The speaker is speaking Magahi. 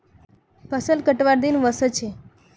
फसल कटवार दिन व स छ